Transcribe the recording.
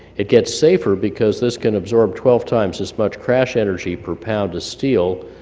it gets safer because this can absorb twelve times as much crash energy per pound as steel,